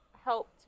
helped